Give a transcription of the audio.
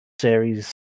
series